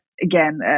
again